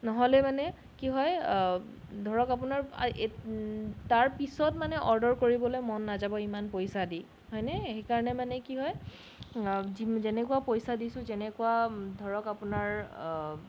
নহ'লে মানে কি হয় ধৰক আপোনাৰ তাৰ পিছত মানে অৰ্ডাৰ কৰিবলৈ মন নাযাব ইমান পইচা দি হয়নে সেইকাৰণে মানে কি হয় যেনেকুৱা পইচা দিছোঁ যেনেকুৱা ধৰক আপোনাৰ